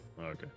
Okay